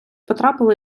потрапили